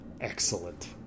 Excellent